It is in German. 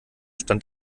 stand